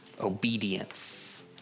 Obedience